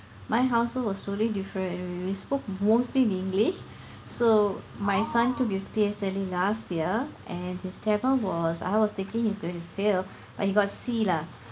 my household was very different we we spoke mostly in english so my son took his P_S_L_E last year and his tamil was I was thinking he is going to fail but he got c lah